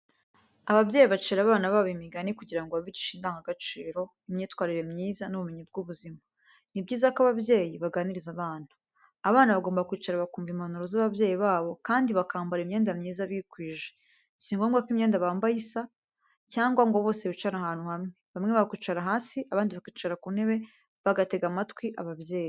Ababyeyi bacira abana babo imigani kugira ngo babigishe indangagaciro, imyitwarire myiza, n’ubumenyi bw’ubuzima. Ni byiza ko ababyeyi baganiriza abana. Abana bagomba kwicara bakumva impanuro z'ababyeyi babo kandi bakambara imyenda myiza bikwije. Si ngombwa ko imyenda bambaye isa, cyangwa ngo bose bicare ahantu hamwe. Bamwe bakwicara hasi abandi bakicara ku ntebe, bagatega amatwi ababyeyi.